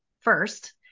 first